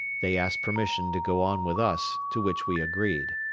they asked permission to go on with us, to which we agreed.